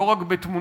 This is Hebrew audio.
לא רק בתמונות,